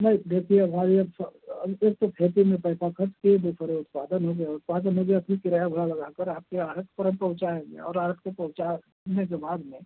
नहीं देखिए भाई अब सब एक तो खेती में पैसा खर्च किए दूसरे उत्पादन हो गया उत्पादन हो गया फिर किराया भाड़ा लगाकर आपके यहाँ तुरंत पहुँचाएंगे और आपको पहुँचाने के बाद में